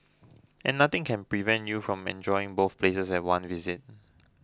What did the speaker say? and nothing can prevent you from enjoying both places at one visit